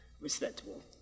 respectable